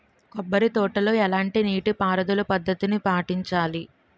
కొబ్బరి తోటలో ఎలాంటి నీటి పారుదల పద్ధతిని పాటించాలి?